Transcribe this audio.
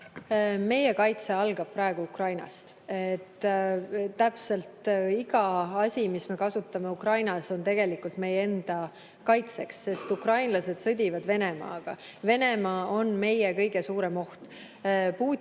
Meie kaitse algab praegu Ukrainast. Iga asi, mida me kasutame Ukrainas, on tegelikult meie enda kaitseks, sest ukrainlased sõdivad Venemaaga. Venemaa on meie kõige suurem oht. Putin